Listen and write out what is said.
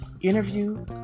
Interview